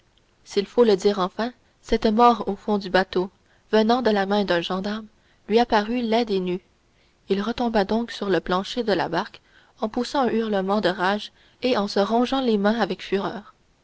s'il faut le dire enfin cette mort au fond d'un bateau venant de la main d'un gendarme lui apparue laide et nue il retomba donc sur le plancher de la barque en poussant un hurlement de rage et en se rongeant les mains avec fureur